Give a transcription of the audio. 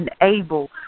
enable